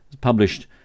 published